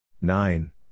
Nine